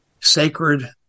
Sacred